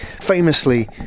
Famously